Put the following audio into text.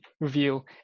reveal